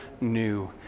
new